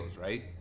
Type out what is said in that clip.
right